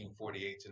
1948